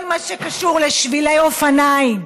כל מה שקשור לשבילי אופניים,